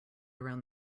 around